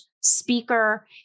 speaker